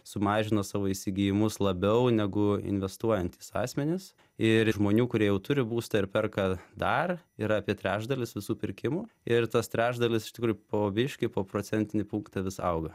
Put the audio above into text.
sumažino savo įsigijimus labiau negu investuojantys asmenys ir žmonių kurie jau turi būstą ir perka dar yra apie trečdalis visų pirkimų ir tas trečdalis iš tikrųjų po biškį po procentinį punktą vis auga